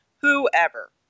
whoever